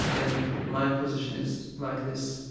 and my position is like this.